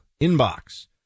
inbox